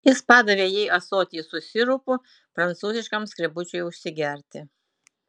jis padavė jai ąsotį su sirupu prancūziškam skrebučiui užsigerti